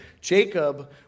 Jacob